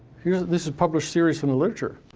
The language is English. this is published series in the literature.